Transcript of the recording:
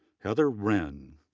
heather ren,